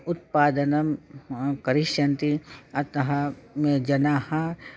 उत्पादनं करिष्यन्ति अतः मे जनाः